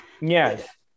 Yes